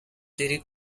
cherry